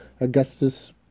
Augustus